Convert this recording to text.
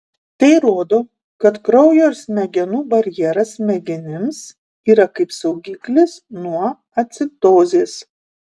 tai rodo kad kraujo ir smegenų barjeras smegenims yra kaip saugiklis nuo acidozės